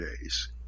days